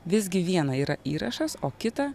visgi viena yra įrašas o kita